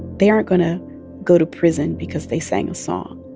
they aren't going to go to prison because they sang a song,